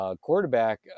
quarterback